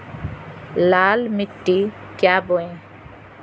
लाल मिट्टी क्या बोए?